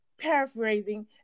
paraphrasing